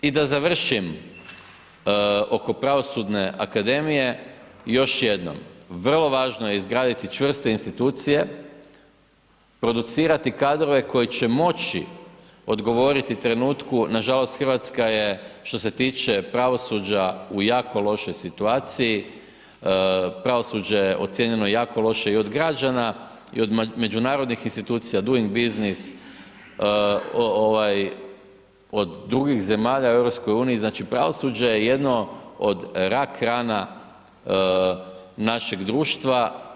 I da završim, oko pravosudne akademije, još jednom, vrlo važno je izgraditi čvrste insinuacije, producirati kadrove, koji će moći odgovoriti trenutku, nažalost, Hrvatska je što se tiče pravosuđa u jako lošoj situaciji, pravosuđe je ocjenjeno jako loše i od građana i od međunarodnog insinuacija, duing biznis, od drugih zemalja u EU, znači pravosuđe je jedno od rak rana našeg društva.